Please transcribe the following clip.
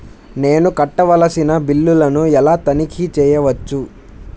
నేను కట్టవలసిన బిల్లులను ఎలా తనిఖీ చెయ్యవచ్చు?